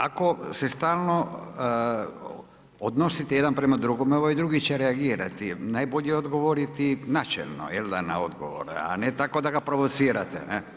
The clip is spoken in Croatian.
Ako se stalno odnosite jedan prema drugome ovaj drugi će reagirati, najbolje odgovoriti načelno na odgovor, a ne tako da ga provocirate.